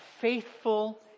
faithful